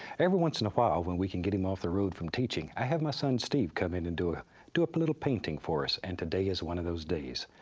every once in a while when we can get him off the road from teaching, i have my son steve come in and do ah do a little painting for us and today is one of those days.